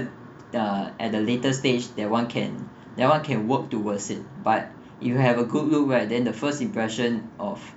at a later stage that [one] can that [one] can work towards it but if you have a good look lah then the first impression of